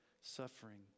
suffering